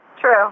True